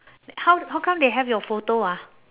how how come they have your photo ah